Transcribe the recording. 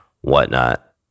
whatnot